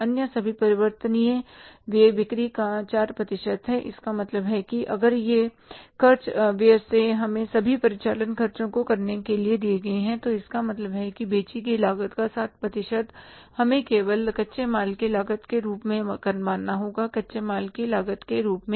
अन्य सभी परिवर्तनीय व्यय बिक्री का 4 प्रतिशत हैं इसका मतलब है कि अगर ये खर्च अलग से हमें सभी परिचालन खर्चों को करने के लिए दिए गए हैं तो इसका मतलब है कि बेची गई लागत का 60 प्रतिशत हमें केवल कच्चे माल की लागत के रूप में मानना होगा कच्चे माल की लागत के रूप में